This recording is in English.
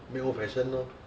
没有 old-fashioned lor